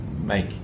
make